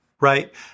right